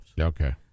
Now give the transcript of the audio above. Okay